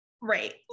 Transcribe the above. right